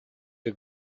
the